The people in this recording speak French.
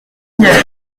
neuve